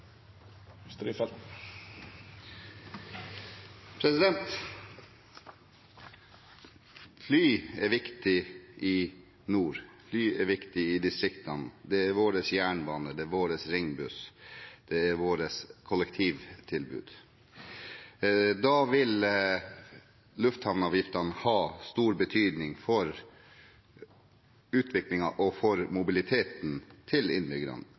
gang. Fly er viktig i nord, fly er viktig i distriktene – det er vår jernbane, det er vår ringbuss, det er vårt kollektivtilbud. Da vil lufthavnavgiftene ha stor betydning for utviklingen og for mobiliteten til